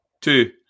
Two